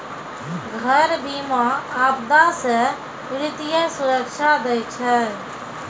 घर बीमा, आपदा से वित्तीय सुरक्षा दै छै